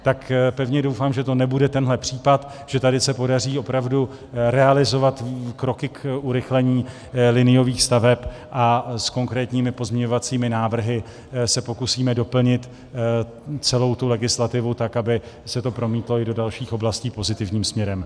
Tak pevně doufám, že to nebude tenhle případ, že tady se podaří opravdu realizovat kroky k urychlení liniových staveb, a s konkrétními pozměňovacími návrhy se pokusíme doplnit celou tu legislativu tak, aby se to promítlo i do dalších oblastí pozitivním směrem.